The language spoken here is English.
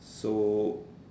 so